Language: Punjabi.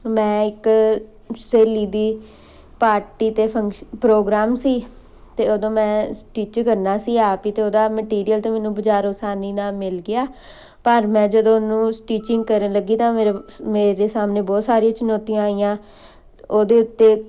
ਮੈਂ ਇੱਕ ਸਹੇਲੀ ਦੀ ਪਾਰਟੀ 'ਤੇ ਫੰਕਸ਼ ਪ੍ਰੋਗਰਾਮ ਸੀ ਅਤੇ ਉਦੋਂ ਮੈਂ ਸਟਿੱਚ ਕਰਨਾ ਸੀ ਆਪ ਹੀ ਅਤੇ ਉਹਦਾ ਮਟੀਰੀਅਲ ਤਾਂ ਮੈਨੂੰ ਬਾਜ਼ਾਰੋਂ ਅਸਾਨੀ ਨਾਲ ਮਿਲ ਗਿਆ ਪਰ ਮੈਂ ਜਦੋਂ ਉਹਨੂੰ ਸਟੀਚਿੰਗ ਕਰਨ ਲੱਗੀ ਤਾਂ ਮੇਰੇ ਸਾਹਮਣੇ ਬਹੁਤ ਸਾਰੀਆਂ ਚੁਣੌਤੀਆਂ ਆਈਆਂ ਉਹਦੇ ਉੱਤੇ